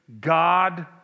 God